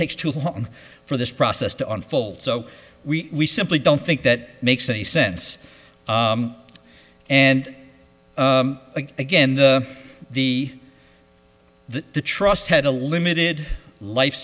takes too long for this process to unfold so we simply don't think that makes any sense and again the the the the trust had a limited life